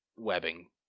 webbing